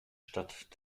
stadt